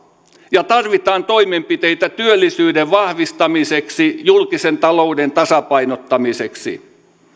ja tarvitaan toimenpiteitä työllisyyden vahvistamiseksi julkisen talouden tasapainottamiseksi